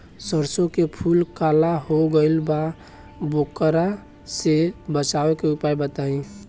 सरसों के फूल काला हो गएल बा वोकरा से बचाव के उपाय बताई?